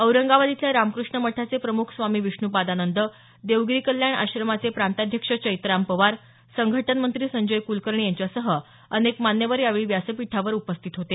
औरंगाबाद इथल्या रामकृष्ण मठाचे प्रमुख स्वामी विष्णुपादानंद देवगिरी कल्याण आश्रमाचे प्रांताध्यक्ष चैत्राम पवार संघटनमंत्री संजय कुलकर्णी यांच्यासह अनेक मान्यवर यावेळी व्यासपीठावर उपस्थित होते